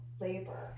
labor